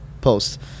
post